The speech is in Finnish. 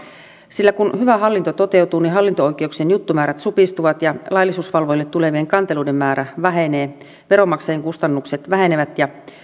sillä kun hyvä hallinto toteutuu hallinto oikeuksien juttumäärät supistuvat laillisuusvalvojille tulevien kanteluiden määrä vähenee veronmaksajien kustannukset vähenevät ja